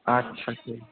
আচ্ছা হুম